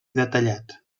detallat